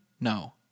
No